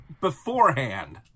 beforehand